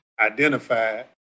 identified